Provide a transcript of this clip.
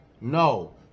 No